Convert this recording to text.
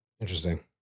Interesting